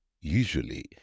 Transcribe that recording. Usually